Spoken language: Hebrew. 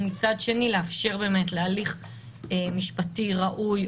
ומצד שני לאפשר באמת להליך משפטי ראוי,